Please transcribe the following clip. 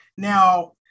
Now